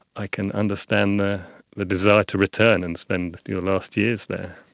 i can understand the the desire to return and spend your last years there.